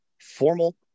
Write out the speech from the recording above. formal